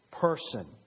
person